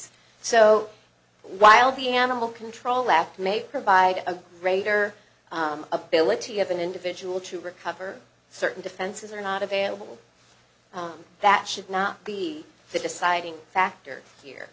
so while the animal control act may provide a greater ability of an individual to recover certain defenses are not available that should not be the deciding factor here